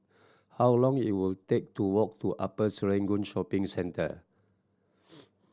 how long it will take to walk to Upper Serangoon Shopping Centre